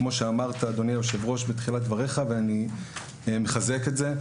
כמו שאמרת אדוני היושב ראש בתחילת דבריך ואני מחזק אותם.